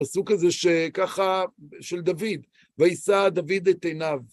הסוג הזה שככה, של דוד, ואיסע דוד את עיניו.